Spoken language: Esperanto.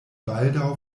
baldaŭ